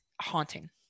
haunting